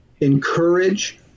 encourage